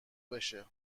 بشه